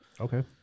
Okay